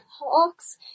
Hawks